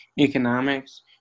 economics